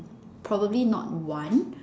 probably not one